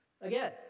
Again